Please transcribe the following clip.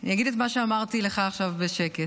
אני אגיד את מה שאמרתי לך עכשיו בשקט,